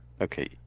Okay